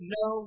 no